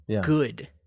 good